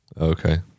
Okay